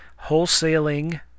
wholesaling